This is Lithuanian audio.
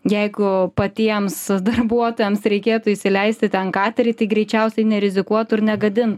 jeigu patiems darbuotojams reikėtų įsileisti ten katerį tai greičiausiai nerizikuotų ir negadintų